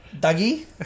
Dougie